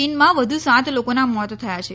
ચીનમાં વધુ સાત લોકોના મોત થયા છે